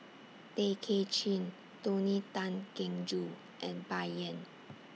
Tay Kay Chin Tony Tan Keng Joo and Bai Yan